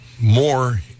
more